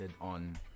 on